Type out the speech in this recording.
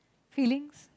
feelings